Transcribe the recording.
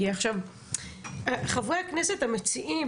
חברי הכנסת המציעים,